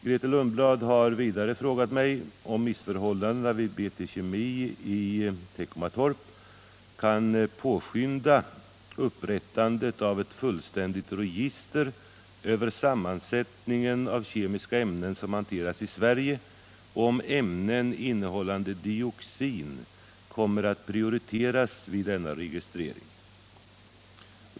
Grethe Lundblad har vidare frågat mig om missförhållandena vid BT Kemi i Teckomatorp kan påskynda upprättandet av ett fullständigt register över sammansättningen av kemiska ämnen som hanteras i Sverige och om ämnen innehållande dioxin kommer att prioriteras vid denna registrering.